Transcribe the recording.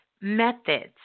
methods